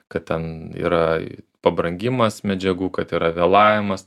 kad ten yra pabrangimas medžiagų kad yra vėlavimas